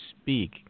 speak